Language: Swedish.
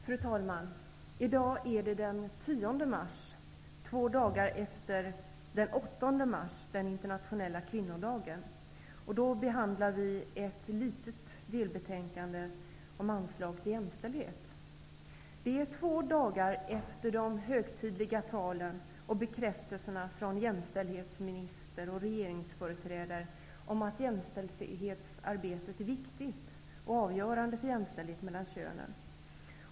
Fru talman! I dag är det den 10 mars, två dagar efter den 8 mars, den internationella kvinnodagen, och vi behandlar ett litet delbetänkande om anslag till jämställdhet. Det är två dagar efter de högtidliga talen och bekräftelserna från jämställdhetsministern och regeringsföreträdare om att jämställdhetsarbetet är viktigt och avgörande för jämställdhet mellan könen.